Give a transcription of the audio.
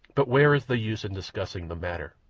but where is the use in discussing the matter?